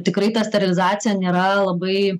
tikrai ta sterilizacija nėra labai